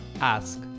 ask